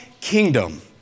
kingdom